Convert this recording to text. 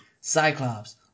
Cyclops